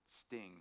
sting